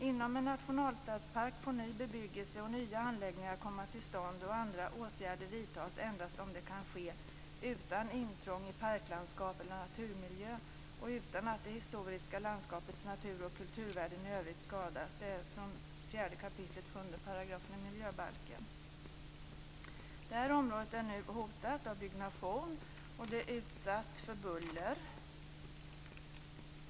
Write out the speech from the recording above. Inom en nationalstadspark får ny bebyggelse och nya anläggningar komma till stånd och andra åtgärder vidtas endast om det kan ske utan intrång i parklandskap eller naturmiljö och utan att det historiska landskapets natur och kulturvärden i övrigt skadas; detta enligt 4 Det här området är nu hotat av byggnation, och det är utsatt för buller.